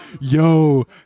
yo